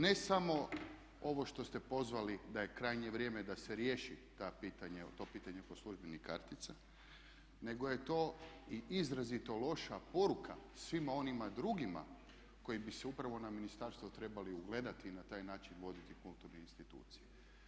Ne samo ovo što ste pozvali da je krajnje vrijeme da se riješi to pitanje oko službenih kartica nego je to i izrazito loša poruka svima onima drugima koji bi se upravo na ministarstvo trebali ugledati i na taj način voditi kulturne institucije.